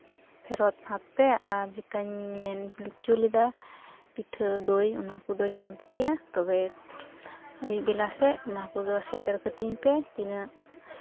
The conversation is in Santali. ᱯᱷᱮᱨᱚᱛ ᱦᱟᱛᱟᱣ ᱯᱮ ᱟᱨ ᱡᱮᱴᱟᱧ ᱢᱮᱱ ᱦᱚᱪᱚ ᱞᱮᱫᱟ ᱯᱤᱴᱷᱟᱹ ᱫᱳᱭ ᱚᱱᱟ ᱠᱚᱫᱚᱧ ᱦᱟᱛᱟᱣ ᱜᱮᱭᱟ ᱛᱚᱵᱮ ᱟᱹᱭᱩᱵ ᱵᱮᱞᱟ ᱥᱮᱫ ᱚᱱᱟ ᱠᱚᱫᱚ ᱥᱮᱴᱮᱨ ᱠᱟᱛᱤᱧ ᱯᱮ ᱛᱤᱱᱟᱹᱜ